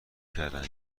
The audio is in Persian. کردند